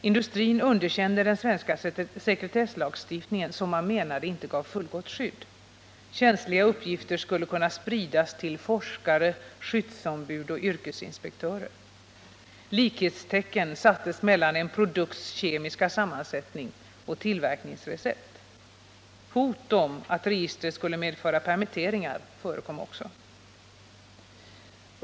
Industrin underkände den svenska sekretesslagstiftningen, som man menade inte gav fullgott skydd. Känsliga uppgifter skulle kunna spridas till forskare, skyddsombud och yrkesinspektörer. Likhetstecken sattes mellan en produkts kemiska sammansättning och tillverkningsrecept. Hot om att registret skulle medföra permitteringar förekom också.